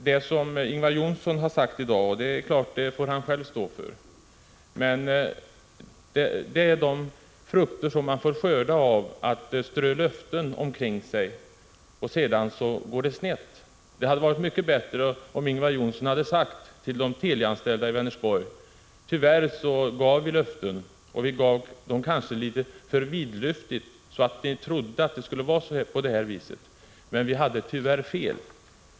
Det som Ingvar Johnsson har sagt i dag får han naturligtvis själv stå för, men han skördar nu frukterna av att socialdemokraterna tidigare strödde löften omkring sig och att det sedan gick snett. Det hade varit mycket bättre om Ingvar Johnsson till de Telianställda i Vänersborg hade sagt: Tyvärr gav vi kanske litet för vidlyftiga löften. Vi trodde att det skulle bli på det sätt som vi sade, men vi hade tyvärr fel.